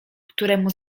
któremu